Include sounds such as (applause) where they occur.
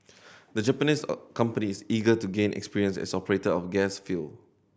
the Japanese (unintelligible) companies eager to gain experience as operator of gas field